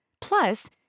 plus